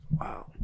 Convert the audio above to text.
Wow